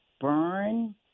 burn